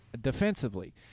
defensively